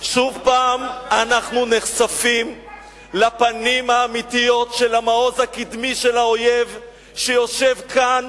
שוב פעם אנחנו נחשפים לפנים האמיתיות של המעוז הקדמי של האויב שיושב כאן